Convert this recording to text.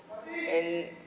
and